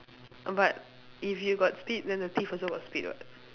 but if you got speed then the thief also got speed [what]